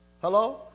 Hello